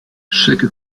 chaque